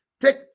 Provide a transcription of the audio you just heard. take